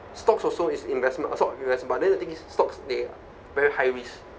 stocks also is investment stoc~ invest but then the thing is stocks they very high risk